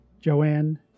Joanne